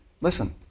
listen